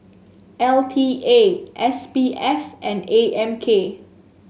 L T A S P F and A M K